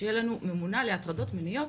שיהיה לנו ממונה להטרדות מיניות